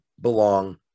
belong